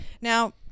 Now